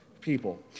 people